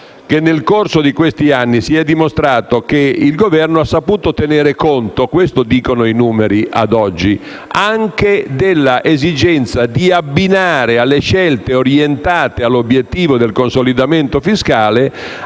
che nel corso di questi anni si è dimostrato che il Governo ha saputo tenere conto - questo dicono i numeri ad oggi - anche dell'esigenza di abbinare alle scelte orientate all'obiettivo del consolidamento fiscale